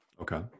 Okay